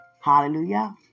Hallelujah